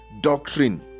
doctrine